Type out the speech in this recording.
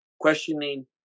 questioning